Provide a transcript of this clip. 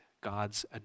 God's